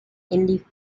indie